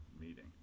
meeting